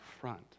front